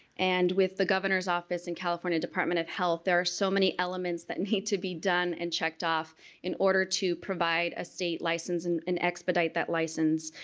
and with the governor's office, and california department of health there are so many elements that need to be done and checked off in order to provide a state license and and expedite that license.